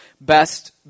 best